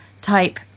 type